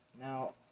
Now